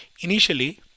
initially